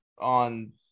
on